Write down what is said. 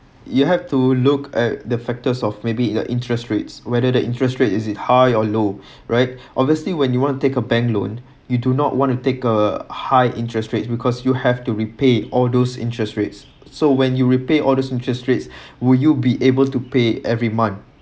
you have to look at the factors of maybe the interest rates whether the interest rate is it high or low right obviously when you want to take a bank loan you do not want to take a high interest rates because you have to repay all those interest rates so when you repay all those interest rates will you be able to pay every month